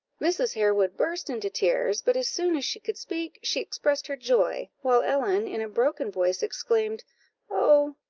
mrs. harewood burst into tears but as soon as she could speak, she expressed her joy, while ellen, in a broken voice, exclaimed oh,